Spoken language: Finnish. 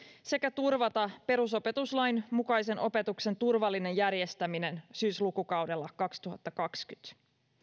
sekä turvata perusopetuslain mukaisen opetuksen turvallinen järjestäminen syyslukukaudella kaksituhattakaksikymmentä